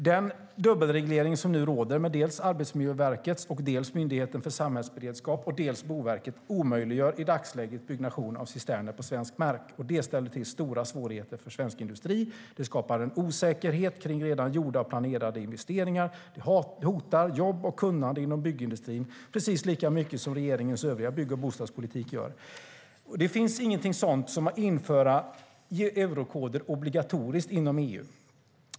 Den dubbelreglering som nu råder - det är Arbetsmiljöverket, Myndigheten för samhällsskydd och beredskap samt Boverket - omöjliggör i dagsläget byggnation av cisterner på svensk mark. Det ställer till stora svårigheter för svensk industri. Det skapar en osäkerhet kring redan gjorda och planerade investeringar. Det hotar jobb och kunnande inom byggindustrin precis lika mycket som regeringens övriga bygg och bostadspolitik gör. Det finns ingenting om att införa obligatoriska eurokoder inom EU.